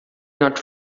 not